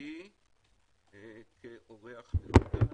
עצתי כאורח לרגע.